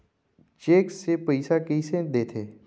Cheque से पइसा कइसे देथे?